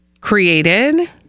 created